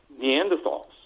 Neanderthals